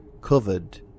covered